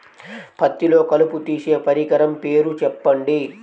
పత్తిలో కలుపు తీసే పరికరము పేరు చెప్పండి